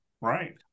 Right